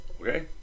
Okay